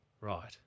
Right